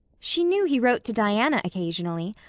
she knew he wrote to diana occasionally,